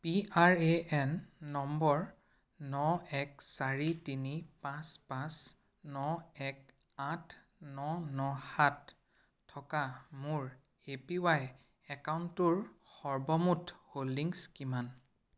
P R A N number ন এক চাৰি তিনি পাঁচ পাঁচ ন এক আঠ ন ন সাত থকা মোৰ এ পি ৱাই একাউণ্টটোৰ সৰ্বমুঠ হোল্ডিংছ কিমান